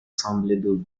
semblaient